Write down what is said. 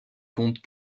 compte